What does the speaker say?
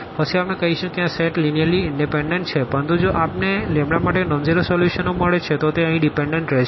પછી આપણે કહીશું કે આ સેટ લીનીઅર્લી ઇનડીપેનડન્ટ છે પરંતુ જો આપણે λ માટે નોનઝીરો સોલ્યુશનનો મળે છે તો તે અહીં ડીપેનડન્ટ રહેશે